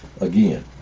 again